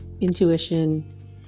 intuition